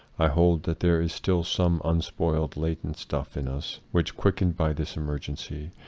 i hold that there is still some unspoiled latent stuff in us which, quickened by this emergency,